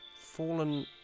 fallen